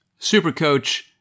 Supercoach